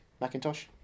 Macintosh